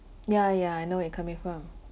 yeah yeah I know where you coming from